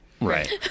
Right